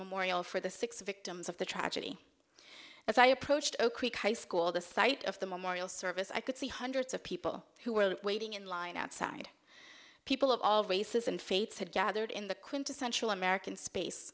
memorial for the six victims of the tragedy as i approached oak creek high school the site of the memorial service i could see hundreds of people who were waiting in line outside people of all races and faiths had gathered in the quintessential american space